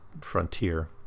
frontier